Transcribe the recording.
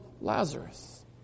Lazarus